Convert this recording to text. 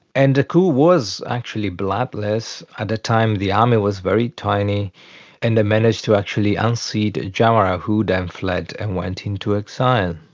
and the coup was actually bloodless. at the time the army was very tiny and they managed to actually unseat jawara, who then fled and went into exile.